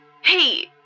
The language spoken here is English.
Hey